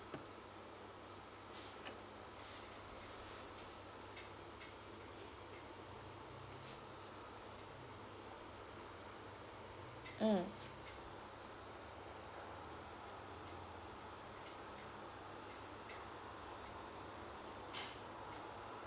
mm